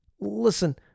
Listen